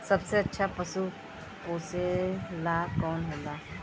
सबसे अच्छा पशु पोसेला कौन होला?